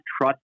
trust